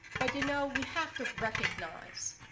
but you know, we have to recognize,